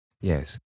Yes